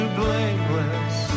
blameless